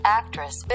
actress